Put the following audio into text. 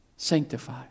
sanctify